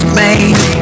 made